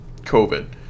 COVID